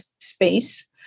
space